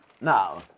Now